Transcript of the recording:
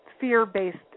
fear-based